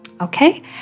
Okay